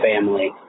family